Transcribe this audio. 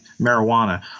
marijuana